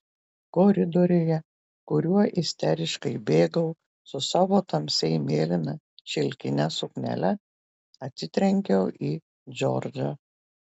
koridoriuje kuriuo isteriškai bėgau su savo tamsiai mėlyna šilkine suknele atsitrenkiau į džordžą